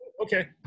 okay